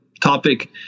topic